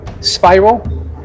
spiral